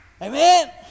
Amen